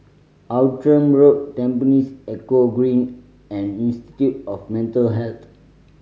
Outram Road Tampines Eco Green and Institute of Mental Health